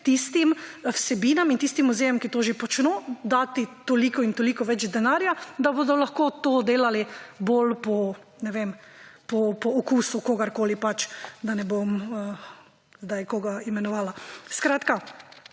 tistim vsebinam in tistim muzejem, ki to že počnejo, dati toliko in toliko več denarja, da bodo lahko to delali bolj po okusu kogarkoli pač, da ne bom zdaj koga imenovala. Skratka,